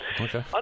Okay